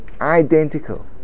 Identical